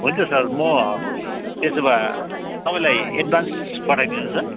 हुन्छ सर म त्यसो भए तपाईँलाई एडभान्स पठाइदिनु सर